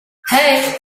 hey